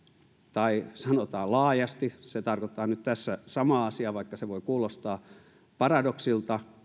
tai ne sanotaan laajasti se tarkoittaa nyt tässä samaa asiaa vaikka se voi kuulostaa paradoksilta